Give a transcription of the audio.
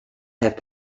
have